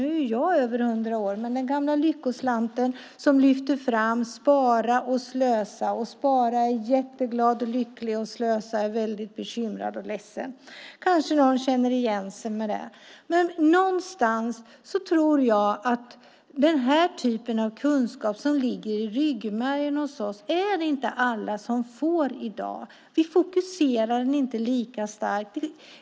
Nu är jag ju över hundra år men den gamla Lyckoslanten lyfte fram Spara och Slösa. Spara är jätteglad och lycklig medan Slösa är mycket bekymrad och ledsen. Kanske någon känner igen sig i det. Den typen av kunskap, som hos oss sitter i ryggmärgen, får inte alla i dag. Vi fokuserar inte lika starkt på den.